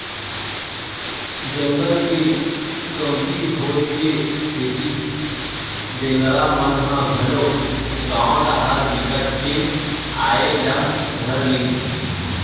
जंगल के कमती होए के सेती बेंदरा मन ह घलोक गाँव डाहर बिकट के आये ल धर लिस